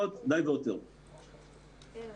שמציגה נתון